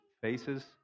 faces